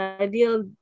ideal